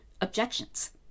objections